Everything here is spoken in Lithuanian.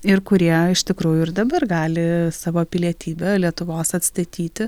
ir kurie iš tikrųjų ir dabar gali savo pilietybę lietuvos atstatyti